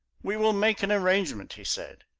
we will make an arrangement, he said.